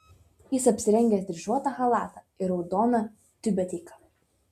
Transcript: jis apsirengęs dryžuotą chalatą ir raudoną tiubeteiką